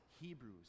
Hebrews